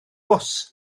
bws